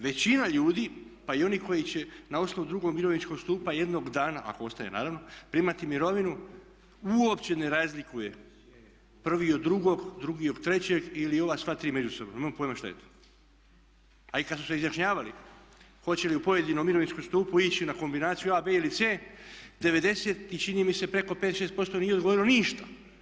Većina ljudi pa i oni koji će na osnovu drugog mirovinskog stupa jednog dana ako ostane naravno primati mirovinu, uopće ne razlikuje prvi od drugog, drugi od trećeg ili ova sva tri međusobno, nemaju pojma šta je to, a i kad su se izjašnjavali hoće li u pojedinom mirovinskom stupu ići na kombinaciju A, B ili C 90 i čini mi se preko 5, 6% nije odgovorilo ništa.